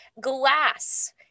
Glass